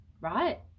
right